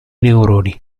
neuroni